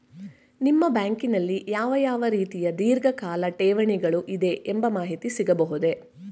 ನಿಮ್ಮ ಬ್ಯಾಂಕಿನಲ್ಲಿ ಯಾವ ಯಾವ ರೀತಿಯ ಧೀರ್ಘಕಾಲ ಠೇವಣಿಗಳು ಇದೆ ಎಂಬ ಮಾಹಿತಿ ಸಿಗಬಹುದೇ?